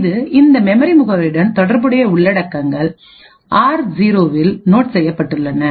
இது இந்த மெமரி முகவரியுடன் தொடர்புடைய உள்ளடக்கங்கள் ஆர்0 இல் நோட் செய்யப்பட்டுள்ளது